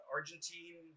Argentine